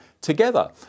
together